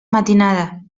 matinada